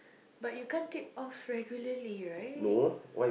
but you can't take offs regularly right